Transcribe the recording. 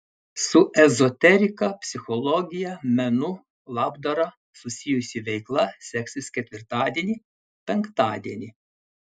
su ezoterika psichologija menu labdara susijusi veikla seksis ketvirtadienį penktadienį